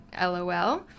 LOL